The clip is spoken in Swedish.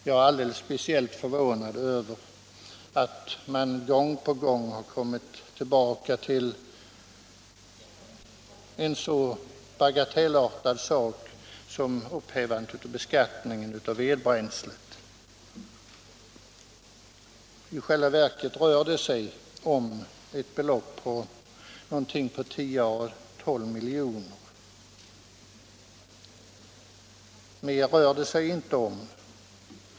Jag är speciellt förvånad över att man gång på gång kommer tillbaka till en så bagatellartad sak som upphävandet av beskattningen av vedbränslet. I själva verket rör det sig inte om mer än 10 å 12 miljoner.